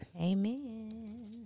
Amen